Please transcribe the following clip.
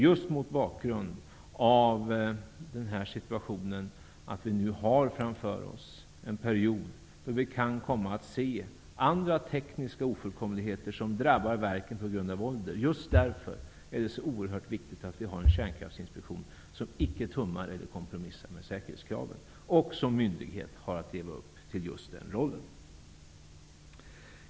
Just mot bakgrund av att vi nu har framför oss en period då det kan framkomma andra tekniska ofullkomligheter som drabbar verken på grund av ålder, är det oerhört viktigt att det finns en Kärnkraftsinspektion som icke tummar på eller kompromissar med säkerhetskraven -- och som myndighet har att leva upp till den rollen.